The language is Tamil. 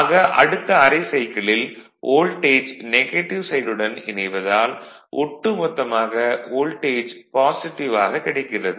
ஆக அடுத்த அரை சைக்கிளில் வோல்டேஜ் நெகட்டிவ் சைடுடன் இணைவதால் ஒட்டுமொத்தமாக வோல்டேஜ் பாசிட்டிவ் ஆக கிடைக்கிறது